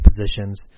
positions